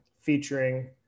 featuring